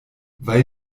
weil